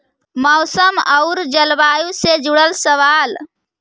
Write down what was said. मौसम और जलवायु से जुड़ल सवाल?